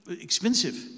expensive